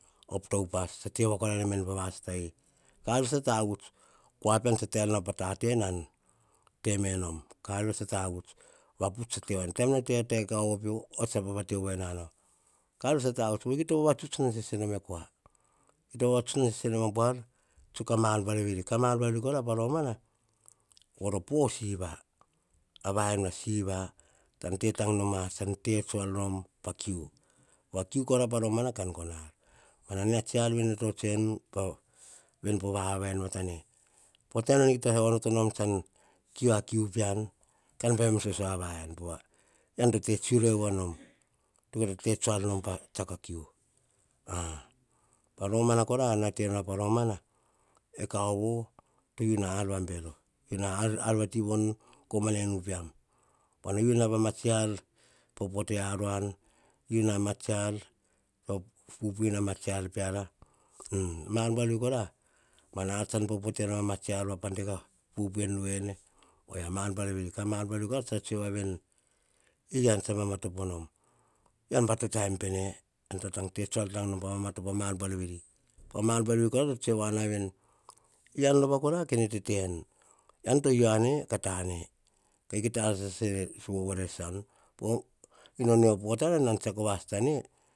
Op ta upas, tsa te avoa koraem veni pa vasatai, ka ar via tsa tavuts, kua pean tsu tenor pa tate nan te me nom, ar via tsu tavuts. Vaputs tsa te woae na veni, taim ne te tae kauvo pio, oyia tsa vavate voi nao, ka ar via tsa tavuts, ean pa to kita vavatuts nom e kua, kita vavatuts nan sese nom a buar, tsuk ma ar buar veri. Ka ma ar buar veri pa romana voro pe siva, a. vaen va pe siva, te tang nom a te tsuar pa kiu, pa kiu pa romana ka gono ar. Mia tsi ar vei nene tsotsoe nu, veni po vavaen vatane. Po taim nan kita va onoto nom tsan kiu, a kiu pean ka baim soso a vaen. Pova, ean to pe te tsi rue ovei nom, kita te tsuar nom pa kiu. Pa romana kora, ar to te nor pa romana, kauvo, to u na ar va bero tena ar vati von komana inu pean. Pa no yu na ma tsi ar, popote aruan, u na ma tsi ar to pupupui na ma tsiar peara. Mar buar veri kora, pa te na tsiar pupui en ru eine. Ka mar buar veri ean tsa mamatopo nom, ean pa to ta em pene, ean tsa te tsuar tang nom ka mamatopo ma ar buar veri, pa ma ar buar veri kora to tsoe voa na veni, yian rova kora kene tete nu, ean to u ane ka ta ane. Kita ar tse ne vovore sasa nu, ino potana nan tsiako va sata ne